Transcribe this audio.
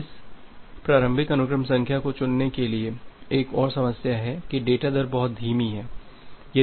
इस प्रारंभिक अनुक्रम संख्या को चुनने के लिए एक और समस्या है कि डेटा दर बहुत धीमी है